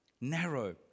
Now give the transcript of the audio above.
narrow